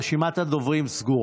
רשימת הדוברים סגורה.